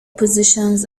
positions